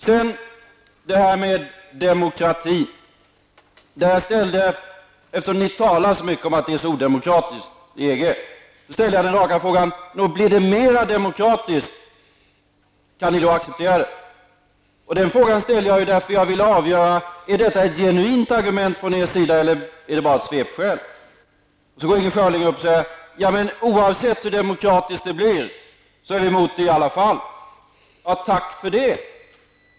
Den andra frågan handlade om demokrati. Eftersom ni talar så mycket om att EG är odemokratiskt ställde jag den raka frågan: Kan ni acceptera EG om det blir mera demokratiskt? Den frågan ställde jag för att avgöra om detta var ett genuint argument eller bara ett svepskäl. Inger Schörling säger att hur demokratiskt EG än blir är miljöpartiet i alla fall emot en svensk anslutning. Tack för det!